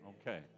Okay